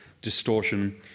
distortion